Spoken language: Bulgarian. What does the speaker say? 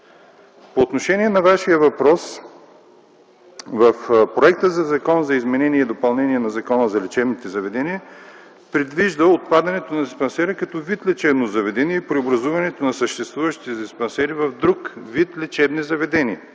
По отношение на Вашия въпрос – в проекта за Закон за изменение и допълнение на Закона за лечебните заведения се предвижда отпадането на диспансера като вид лечебно заведение и преобразуването на съществуващите диспансери в друг вид лечебни заведения.